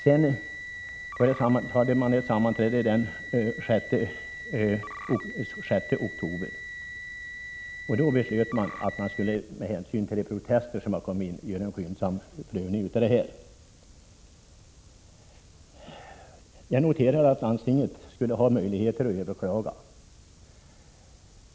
Det hölls ett sammanträde också den 6 oktober. Då beslöts att man med hänsyn till de protester som lämnats skulle göra en skyndsam prövning av frågan. Jag noterar att landstinget har möjligheter att överklaga ärendet.